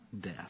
death